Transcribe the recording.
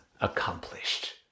accomplished